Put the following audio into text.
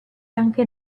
anche